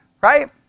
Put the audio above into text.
right